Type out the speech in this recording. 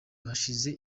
hashize